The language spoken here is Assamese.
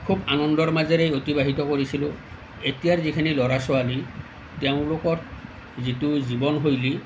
খুব আনন্দৰ মাজেৰে অতিবাহিত কৰিছিলোঁ এতিয়াৰ যিখিনি ল'ৰা ছোৱালী তেওঁলোকৰ যিটো জীৱন শৈলী